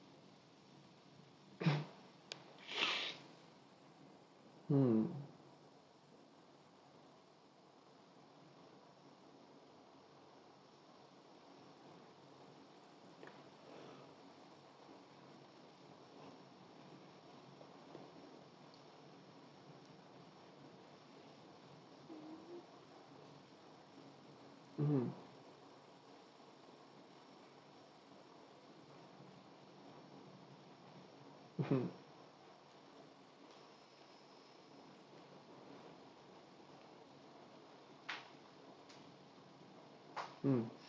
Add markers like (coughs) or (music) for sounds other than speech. (coughs) (noise) mm mmhmm mmhmm mm